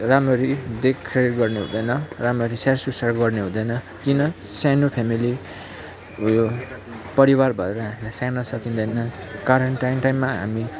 राम्ररी देखरेख गर्ने हुँदैन राम्ररी स्याहारसुसार गर्ने हुँदैन किन सानो फेमिली उयो परिवार भएर हामीलाई स्याहार्न सकिँदैन कारण टाइम टाइममा हामी